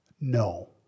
No